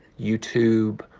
YouTube